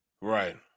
Right